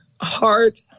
Heart